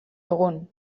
dugun